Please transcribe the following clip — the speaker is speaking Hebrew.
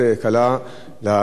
בסוף יש דברים לא צפויים.